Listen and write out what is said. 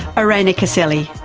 irene and caselli,